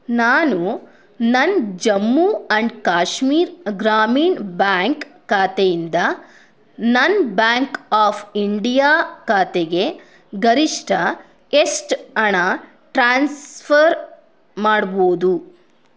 ನಾನು ನನ್ನ Jammu and Kashmir Grameen bank ಖಾತೆಯಿಂದ ನನ್ನ ಬ್ಯಾಂಕ್ ಆಫ್ ಇಂಡಿಯಾ ಖಾತೆಗೆ ಗರಿಷ್ಟ ಎಷ್ಟು ಹಣ ಟ್ರಾನ್ಸ್ಫರ್ ಮಾಡ್ಬೋದು